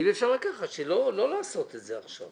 האם אפשר לא לעשות את זה עכשיו?